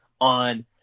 on